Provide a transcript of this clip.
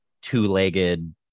two-legged